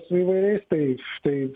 su įvairiais tai štai